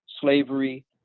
slavery